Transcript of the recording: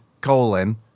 colon